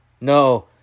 No